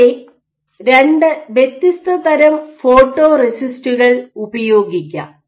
ഇവിടെ രണ്ട് വ്യത്യസ്ത തരം ഫോട്ടോറെസിസ്റ്റുകൾ ഉപയോഗിക്കാം